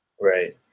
right